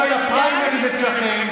אם היה פריימריז אצלכם,